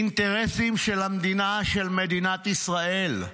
אינטרסים של המדינה, של מדינת ישראל.